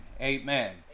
Amen